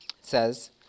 says